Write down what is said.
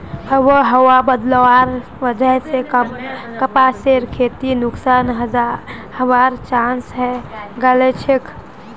आबोहवा बदलवार वजह स कपासेर खेती नुकसान हबार चांस हैं गेलछेक